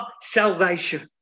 salvation